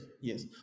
yes